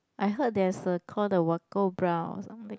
I heard there's a call the Wacko bra or something